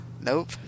Nope